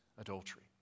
adultery